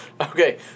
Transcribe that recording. Okay